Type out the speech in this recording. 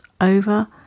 over